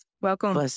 Welcome